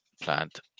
plant